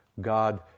God